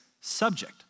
subject